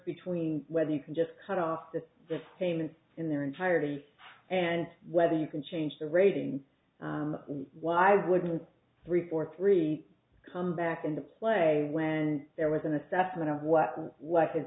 between whether you can just cut off the payments in their entirety and whether you can change the rating why wouldn't three four three come back into play when there was an assessment of what was his